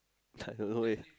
I don't know leh